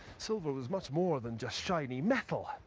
siiver was much more than just shiny metai.